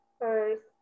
first